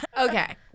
okay